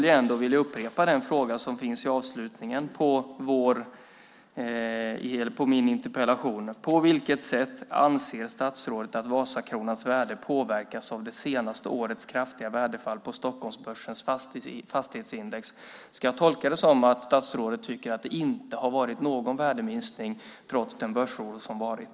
Jag vill upprepa min fråga från avslutningen av min interpellation: På vilket sätt anser statsrådet att Vasakronans värde påverkats av det senaste årets kraftiga värdefall på Stockholmsbörsens fastighetsindex? Ska jag tolka det som att statsrådet inte tycker att det har varit någon värdeminskning trots den börsoro som varit?